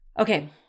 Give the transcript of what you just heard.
Okay